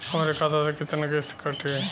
हमरे खाता से कितना किस्त कटी?